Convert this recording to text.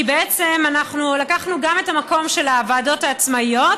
כי בעצם לקחנו את המקום של הוועדות העצמאיות,